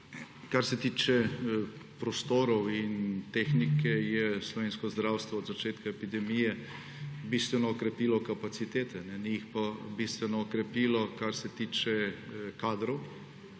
Kar se tiče prostorov in tehnike, je slovensko zdravstvo od začetka epidemije bistveno okrepilo kapacitete. Ni jih pa bistveno okrepilo, kar se tiče kadrov,